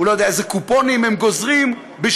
הוא לא יודע איזה קופונים הם גוזרים בשמו.